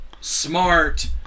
smart